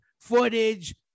footage